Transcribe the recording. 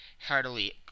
heartily